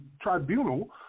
tribunal